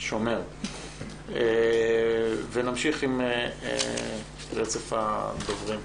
ולאחר מכן נמשיך עם רצף הדוברים.